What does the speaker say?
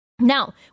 Now